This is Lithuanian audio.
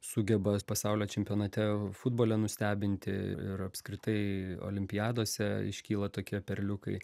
sugeba pasaulio čempionate futbole nustebinti ir apskritai olimpiadose iškyla tokie perliukai